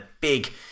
big